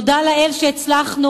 תודה לאל שהצלחנו